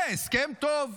זה הסכם טוב.